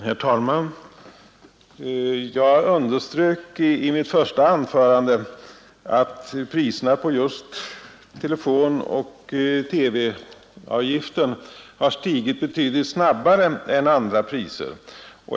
Herr talman! Jag underströk i mitt första anförande att avgifterna för just telefon och TV har stigit betydligt snabbare än andra priser.